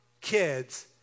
kids